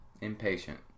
Impatient